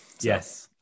yes